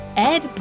Ed